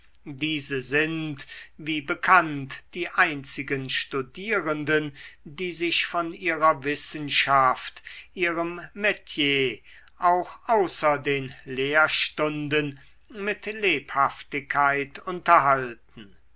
diese sind wie bekannt die einzigen studierenden die sich von ihrer wissenschaft ihrem metier auch außer den lehrstunden mit lebhaftigkeit unterhalten